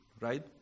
right